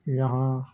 اں